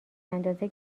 اندازه